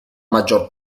maggior